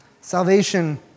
Salvation